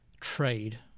trade